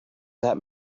that